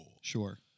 sure